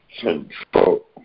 control